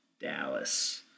Dallas